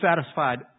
satisfied